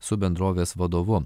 su bendrovės vadovu